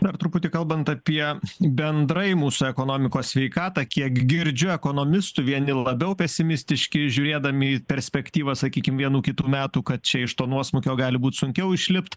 dar truputį kalbant apie bendrai mūsų ekonomikos sveikatą kiek girdžiu ekonomistų vieni labiau pesimistiški žiūrėdami į perspektyvą sakykim vienu kitu metų kad čia iš to nuosmukio gali būt sunkiau išlipt